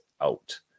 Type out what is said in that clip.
out